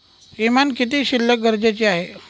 किमान किती शिल्लक गरजेची आहे?